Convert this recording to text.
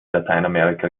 lateinamerika